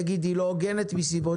יכולים להגיד שהיא לא הוגנת בשל סיבות